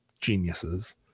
geniuses